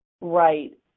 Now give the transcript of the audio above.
Right